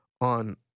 on